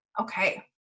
Okay